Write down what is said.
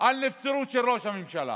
על נבצרות של ראש הממשלה.